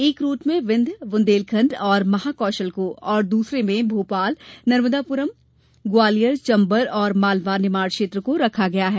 एक रूट में विन्ध्य बुन्देलखण्ड और महाकौशल को और दूसरे में भोपाल नर्मदाप्रम ग्वालियर चम्बल और मालवा निमाड़ क्षेत्र को रखा गया है